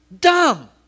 Dumb